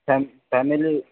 फॅमि family